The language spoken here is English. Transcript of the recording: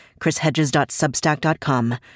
chrishedges.substack.com